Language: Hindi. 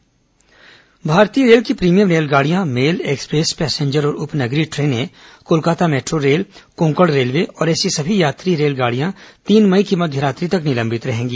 कोरोना रेलवे भारतीय रेल की प्रीमियम रेलगाडियां मेल एक्सप्रेस पैसेंजर और उप नगरीय ट्रेनें Kolkata metro rail Konkan railway और ऐसी सभी यात्री रेलगाड़ियां तीन मई की मध्य रात्रि तक निलंबित रहेंगी